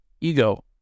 Ego